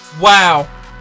Wow